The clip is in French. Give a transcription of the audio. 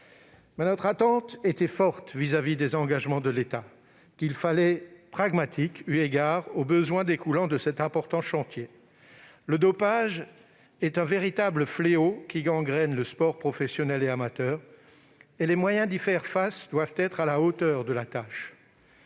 Notre attente était forte à l'égard des engagements de l'État, qui se devaient d'être pragmatiques compte tenu des besoins inhérents à cet important chantier. Le dopage est un véritable fléau qui gangrène le sport, professionnel et amateur, et les moyens d'y faire face doivent être à la hauteur de la tâche.